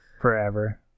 forever